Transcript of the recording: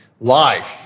Life